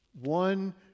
One